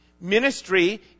Ministry